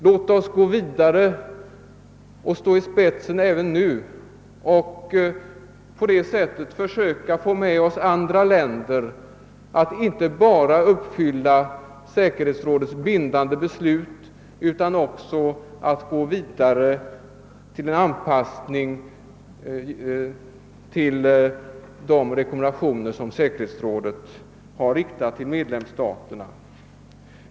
Låt oss gå vidare och gå i spetsen även nu och på det sättet försöka få med oss andra länder att inte bara uppfylla säkerhetsrådets bindande beslut utan också gå vidare mot en anpassning till de rekommendationer som säkerhetsrådet har riktat till medlemsstaterna.